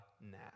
now